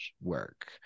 work